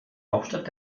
hauptstadt